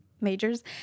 majors